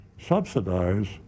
subsidize